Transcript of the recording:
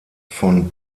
von